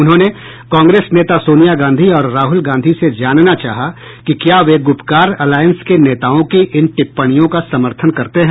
उन्होंने कांग्रेस नेता सोनिया गांधी और राहुल गांधी से जानना चाहा कि क्या वे गूपकार अलायंस के नेताओं की इन टिप्पणियों का समर्थन करते हैं